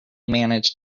manage